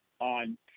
on